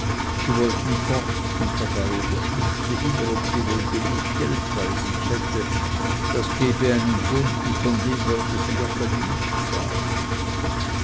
sie wollten fort und dabei überschlug sie immer ob sie wohl geld genug bei sich hätte das gebe einen gunten von dem wollte sie joggeli nichts sagen